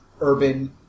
urban